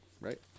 Right